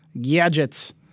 Gadgets